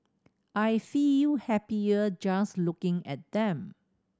I feel happier just looking at them